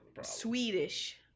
Swedish